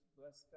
bless